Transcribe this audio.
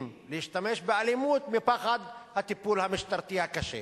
להשתמש באלימות מפחד הטיפול המשטרתי הקשה.